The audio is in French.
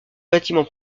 bâtiment